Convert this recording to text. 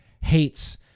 hates